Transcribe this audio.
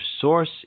Source